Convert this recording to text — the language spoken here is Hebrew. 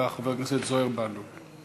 חבר הכנסת זוהיר בהלול.